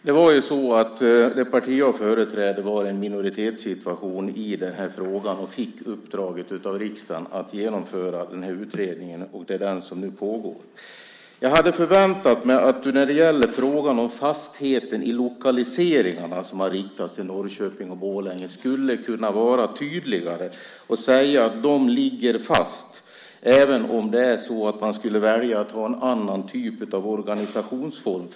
Herr talman! Det parti jag företräder var i en minoritetssituation i den här frågan och fick uppdraget av riksdagen att genomföra den här utredningen, och det är den som nu pågår. När det gäller frågan om fastheten i lokaliseringarna till Norrköping och Borlänge hade jag förväntat mig att du skulle kunna vara tydligare och säga att de ligger fast även om man skulle välja att ha en annan organisationsform.